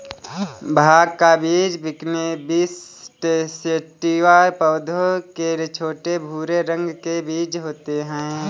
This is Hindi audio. भाँग का बीज कैनबिस सैटिवा पौधे के छोटे, भूरे रंग के बीज होते है